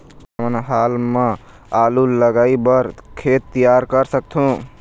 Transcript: हमन हाल मा आलू लगाइ बर खेत तियार कर सकथों?